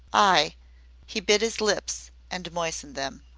i he bit his lips and moistened them,